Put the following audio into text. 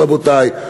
רבותי,